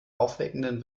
aufweckenden